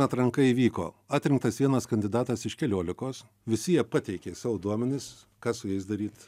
atranka įvyko atrinktas vienas kandidatas iš keliolikos visi jie pateikė savo duomenis ką su jais daryt